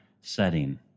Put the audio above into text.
setting